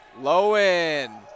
Lowen